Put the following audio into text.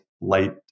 light